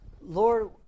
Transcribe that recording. Lord